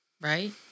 right